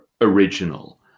original